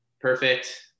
perfect